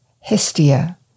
Hestia